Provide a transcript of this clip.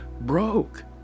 broke